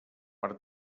per